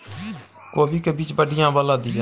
कोबी के बीज बढ़ीया वाला दिय?